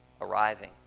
arriving